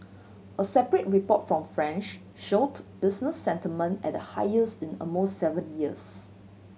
a separate report from France showed business sentiment at the highest in almost seven years